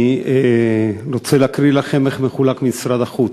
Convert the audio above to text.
אני רוצה להקריא לכם איך מחולק משרד החוץ: